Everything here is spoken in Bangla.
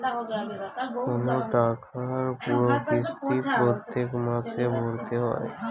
কোন টাকার পুরো কিস্তি প্রত্যেক মাসে ভরতে হয়